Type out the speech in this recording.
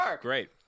great